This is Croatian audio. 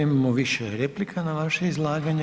Imamo više replika na vaše izlaganje.